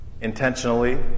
intentionally